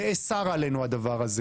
אבל הדבר הזה נאסר עלינו.